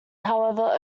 however